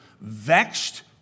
vexed